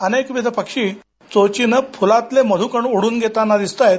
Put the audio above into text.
अनेकविध पक्षी चोचीनं फुलातील मधुकण ओढून घेताना दिसताहेत